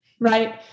right